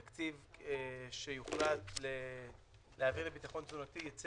תקציב שיוחלט להביא לביטחון תזונתי ייצא